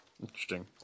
Interesting